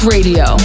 Radio